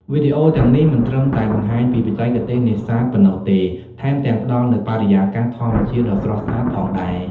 វីដេអូទាំងនេះមិនត្រឹមតែបង្ហាញពីបច្ចេកទេសនេសាទប៉ុណ្ណោះទេ ថែមទាំងផ្តល់នូវបរិយាកាសធម្មជាតិដ៏ស្រស់ស្អាតផងដែរ។